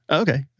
okay.